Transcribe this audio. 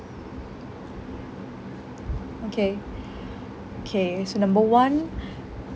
okay K so number one